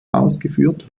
ausgeführt